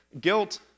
Guilt